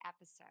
episode